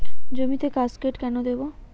জমিতে কাসকেড কেন দেবো?